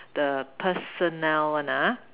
the personnel one ah